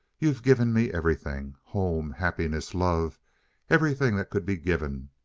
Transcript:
you've given me everything. home, happiness, love everything that could be given.